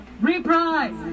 Reprise